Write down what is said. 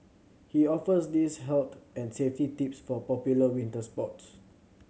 he offers these health and safety tips for popular winter sports